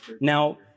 Now